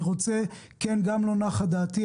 אני רוצה לומר שלא נחה דעתי.